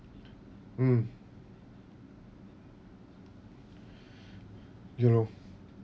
mm ya loh